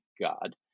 God